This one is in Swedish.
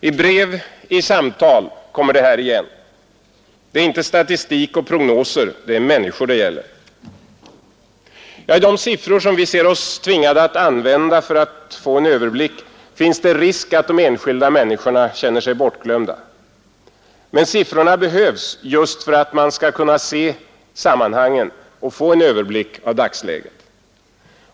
I brev, i samtal kommer det här igen. Det är inte statistik och prognoser, det är människor det gäller. Ja, i de siffror som vi anser oss tvingade att använda för att få en överblick finns det risk att de enskilda människorna känner sig bortglömda. Men siffrorna behövs just för att man skall kunna se sammanhangen och få en överblick av dagsläget.